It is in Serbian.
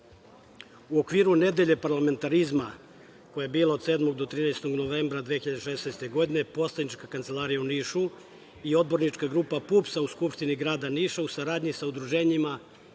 okviru Nedelje parlamentarizma, koja je bila od 7. do 13. novembra 2016. godine, poslanička kancelarija u Nišu i odbornička grupa PUPS-a u Skupštini grada Niša, u saradnji sa udruženjima